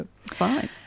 fine